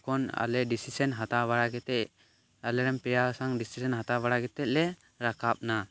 ᱡᱚᱠᱷᱚᱱ ᱟᱞᱮ ᱰᱤᱥᱤᱥᱮᱱ ᱦᱟᱛᱟᱣ ᱵᱟᱲᱟ ᱠᱟᱛᱮᱫ ᱟᱞᱮᱨᱮᱱ ᱯᱞᱮᱭᱟ ᱥᱟᱝ ᱰᱤᱥᱤᱥᱮᱱ ᱦᱟᱛᱟᱣ ᱵᱟᱲᱟ ᱠᱟᱛᱮᱫ ᱞᱮ ᱨᱟᱠᱟᱵ ᱮᱱᱟ